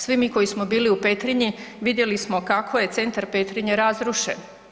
Svi mi koji smo bili u Petrinji, vidjeli smo kako je centar Petrinje razrušen.